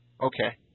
Okay